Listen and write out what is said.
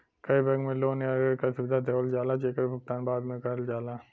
कई बैंक में लोन या ऋण क सुविधा देवल जाला जेकर भुगतान बाद में करल जाला